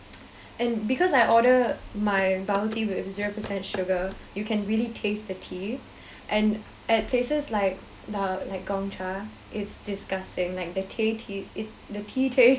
and because I order my bubble tea with zero percent sugar you can really taste the tea and at places like um Gongcha it's disgusting like the ta~ tea the tea taste